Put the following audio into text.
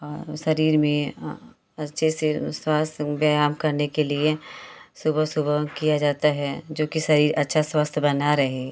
और शरीर में अच्छे से स्वास्थ्य व्यायाम करने के लिए सुबह सुबह किया जाता है जोकि शरीर अच्छा स्वस्थ बना रहे